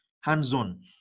hands-on